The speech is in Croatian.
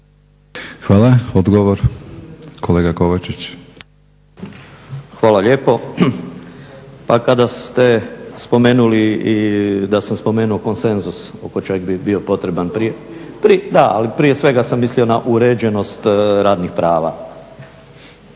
**Kovačić, Borislav (SDP)** Hvala lijepo. Pa kada ste spomenuli da sam spomenuo konsenzus oko čega bi bio potreban, ali prije svega mislio sam na uređenost radnih prava.